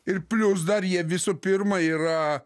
ir plius dar jie visų pirma yra